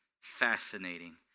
fascinating